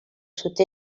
sud